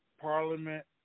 parliament